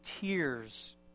tears